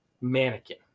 mannequin